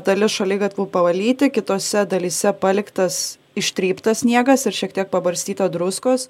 dalis šaligatvių pavalyti kitose dalyse paliktas ištryptas sniegas ir šiek tiek pabarstyta druskos